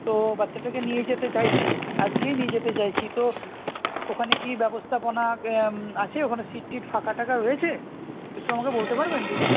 তো বাচ্চাটাকে নিয়ে যেতে চাইছি আজকেই নিয়ে যেতে চাইছি তো ওখানে কি ব্যবস্থাপনা আছে ওখানে সিট টিট ফাঁকা টাকা হয়েছে একটু আমাকে বলতে পারবেন দিদি